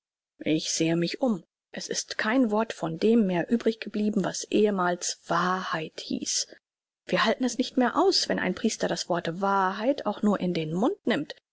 ich sehe mich um es ist kein wort von dem mehr übrig geblieben was ehemals wahrheit hieß wir halten es nicht mehr aus wenn ein priester das wort wahrheit auch nur in den mund nimmt